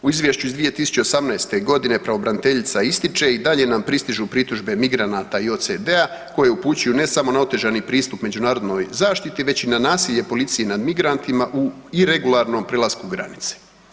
U Izvješću iz 2018. godine Pravobraniteljica ističe i dalje nam pristižu pritužbe migranata i OCD-a, koje upućuju ne samo na otežani pristup međunarodnoj zaštiti već i na nasilje policije nad migrantima u iregularnom prelasku granice.